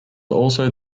also